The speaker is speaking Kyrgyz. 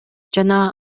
жана